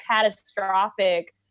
catastrophic